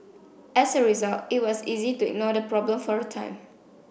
as a result it was easy to ignore the problem for a time